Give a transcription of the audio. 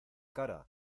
cara